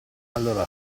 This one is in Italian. allora